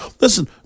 listen